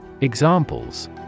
Examples